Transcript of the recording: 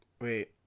wait